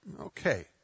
Okay